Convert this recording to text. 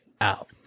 out